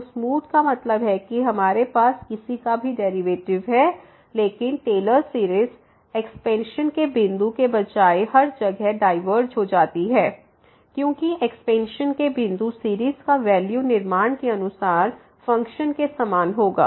तो स्मूथ का मतलब है कि हमारे पास किसी का भी डेरिवेटिव है लेकिन टेलर्स सीरीज़Taylor's series एक्सपेंशन के बिंदु के बजाय हर जगह डाइवरज हो जाती है क्योंकि एक्सपेंशन के बिंदु सीरीज़ का वैल्यू निर्माण के अनुसार फ़ंक्शन के समान होगा